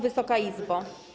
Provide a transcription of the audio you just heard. Wysoka Izbo!